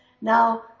Now